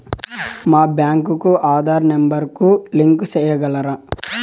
మా బ్యాంకు కు ఆధార్ నెంబర్ కు లింకు సేయగలరా?